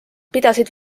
pidasid